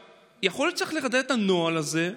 יכול להיות שצריך לחדד את הנוהל הזה,